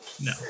No